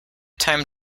time